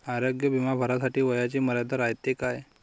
आरोग्य बिमा भरासाठी वयाची मर्यादा रायते काय?